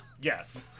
yes